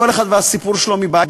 כל אחד והסיפור שלו מבית,